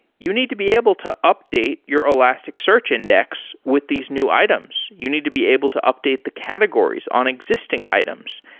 you need to be able to update your elasticsearch index with these new items. you need to be able to update the categories on existing items,